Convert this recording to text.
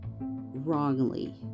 wrongly